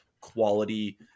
quality